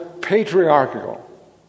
patriarchal